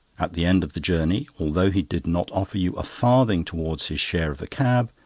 at the end of the journey, although he did not offer you a farthing towards his share of the cab,